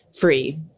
free